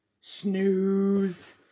snooze